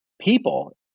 people